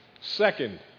Second